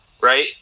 right